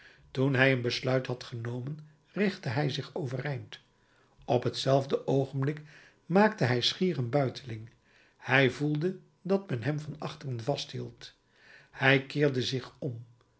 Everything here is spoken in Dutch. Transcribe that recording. toen hij een besluit had genomen richtte hij zich overeind op t zelfde oogenblik maakte hij schier een buiteling hij voelde dat men hem van achter vasthield hij keerde zich om